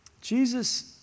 Jesus